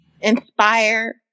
inspire